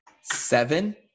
Seven